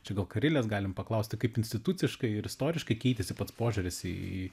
čia gal karilės galim paklausti kaip instituciškai ir istoriškai keitėsi pats požiūris į